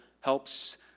helps